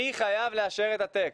מי חייב לאשר את הטקסט?